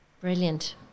Brilliant